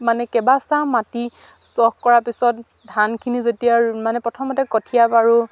মানে কেইবা মাটি চহ কৰাৰ পিছত ধানখিনি যেতিয়া মানে প্ৰথমতে কঠীয়া পাৰোঁ